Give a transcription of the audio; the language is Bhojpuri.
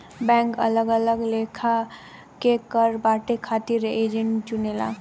बैंक अलग अलग लेखा के कर बांटे खातिर एजेंट चुनेला